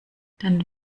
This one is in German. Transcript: dann